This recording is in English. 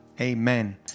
Amen